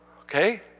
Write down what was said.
Okay